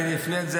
אני אפנה את זה,